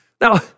Now